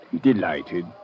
Delighted